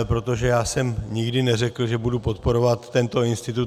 Protože já jsem nikdy neřekl, že budu podporovat tento institut.